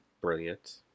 brilliant